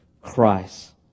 Christ